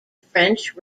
french